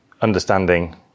understanding